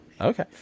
Okay